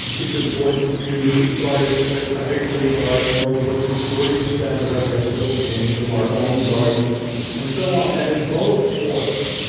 it's important for you to do started a victory garden worldwhere to forty percent of our vegetables came from our own gardens and so on. and in both wars,